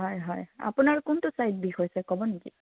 হয় হয় আপুনাৰ কোনটো ছাইড বিষ হৈছে ক'ব নেকি